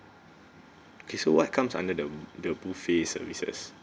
okay so what comes under the the buffet services